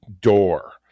door